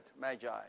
Magi